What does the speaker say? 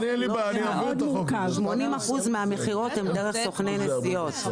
80 אחוזים מהמכירות הם דרך סוכני הנסיעות.